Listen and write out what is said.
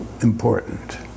important